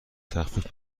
تخفیف